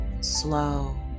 slow